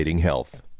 health